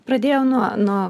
pradėjau nuo nuo